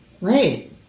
Right